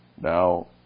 Now